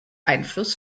einfluss